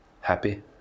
happy